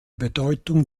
bedeutung